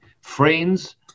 friends